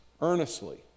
earnestly